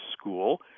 school